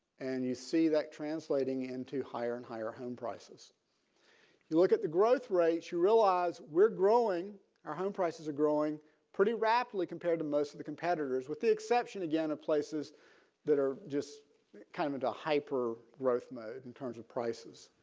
and you see that translating into higher and higher home prices you look at the growth rates you realize we're growing our home prices are growing pretty rapidly compared to most of the competitors with the exception again of places that are just kind of into hyper growth mode in terms of prices